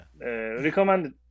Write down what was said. recommended